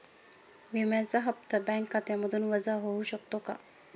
विम्याचा हप्ता बँक खात्यामधून वजा होऊ शकतो का?